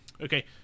Okay